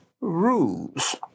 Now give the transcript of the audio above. rules